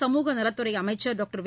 சமூக நலத்துறை அமைச்சர் டாக்டர் வெ